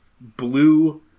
blue